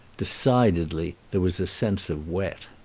decidedly there was a sense of wet.